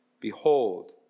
Behold